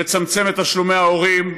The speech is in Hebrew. לצמצם את תשלומי ההורים,